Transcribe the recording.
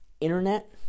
internet